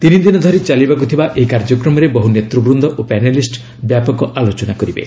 ତିନି ଦିନ ଧରି ଚାଲିବାକୁ ଥିବା ଏହି କାର୍ଯ୍ୟକ୍ରମରେ ବହୁ ନେତୃବୃନ୍ଦ ଓ ପ୍ୟାନେଲିଷ୍ଟ ବ୍ୟାପକ ଆଲୋଚନା କରିବେ